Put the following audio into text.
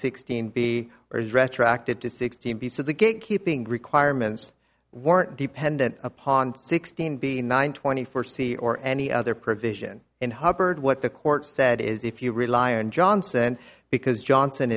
sixteen b or is retroactive to sixteen piece of the gate keeping requirements weren't dependent upon sixteen b nine twenty four c or any other provision in hubbard what the court said is if you rely on johnson because johnson